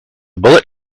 bullet